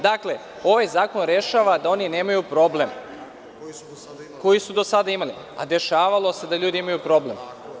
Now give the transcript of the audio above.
Dakle, ovaj zakon rešava da oni nemaju problem koji su do sada imali, a dešavalo se da ljudi imaju problem.